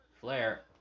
Flare